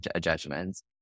judgments